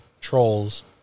trolls